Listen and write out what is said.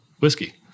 whiskey